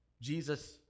Jesus